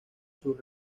sus